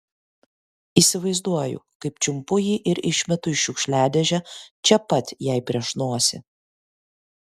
įsivaizduoju kaip čiumpu jį ir išmetu į šiukšliadėžę čia pat jai prieš nosį